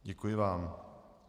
Děkuji vám.